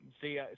See